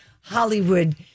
Hollywood